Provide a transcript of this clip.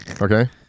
Okay